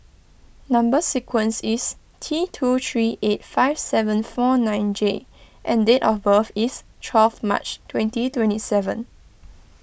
Number Sequence is T two three eight five seven four nine J and date of birth is twelve March twenty twenty seven